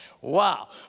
Wow